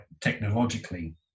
technologically